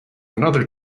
another